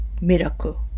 miracle